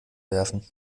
werfen